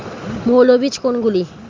মৌল বীজ কোনগুলি?